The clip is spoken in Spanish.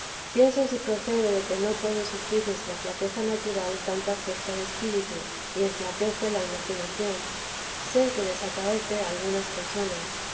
pienso si procede de que no puede sufrir nuestra flaqueza natural tanta fuerza de espíritu y enflaquece la imaginación sé que les acaece a algunas personas